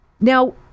Now